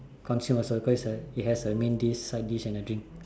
consume also cause it's a it has a main dish side dish and a drink